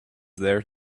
there